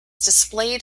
displayed